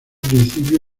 principio